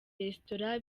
resitora